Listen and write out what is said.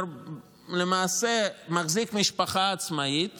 למעשה הוא מחזיק משפחה עצמאית